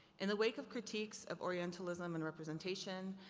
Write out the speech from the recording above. in the wake of critiques of orientalism and representation,